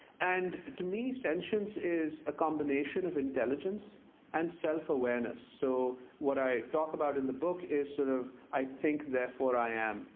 and to me sentience is a combination of intelligence and self-awareness. so what i talk about in the book is sort of, i think, therefore i am.